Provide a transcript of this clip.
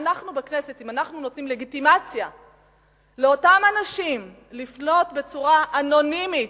אם אנחנו בכנסת נותנים לגיטימציה לאותם אנשים לפנות בצורה אנונימית,